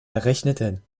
errechneten